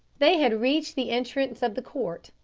they had reached the entrance of the court.